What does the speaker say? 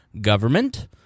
government